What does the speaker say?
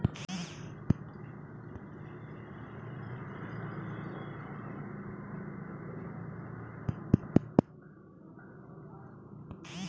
कतेको e commerce आब गोयठा सेहो बेचै छै आँनलाइन